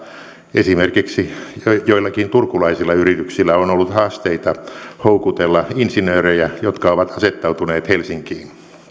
esimerkiksi joillakin turkulaisilla yrityksillä on ollut haasteita houkutella insinöörejä jotka ovat asettautuneet helsinkiin